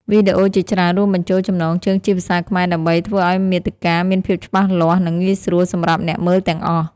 វីដេអូជាច្រើនរួមបញ្ចូលចំណងជើងជាភាសាខ្មែរដើម្បីធ្វើឱ្យមាតិកាមានភាពច្បាស់លាស់ និងងាយស្រួលសម្រាប់អ្នកមើលទាំងអស់។